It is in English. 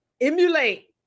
emulate